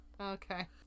Okay